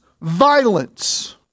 violence